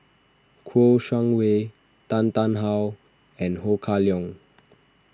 Kouo Shang Wei Tan Tarn How and Ho Kah Leong